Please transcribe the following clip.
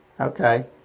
Okay